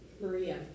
Maria